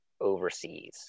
overseas